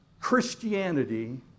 Christianity